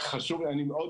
רוצה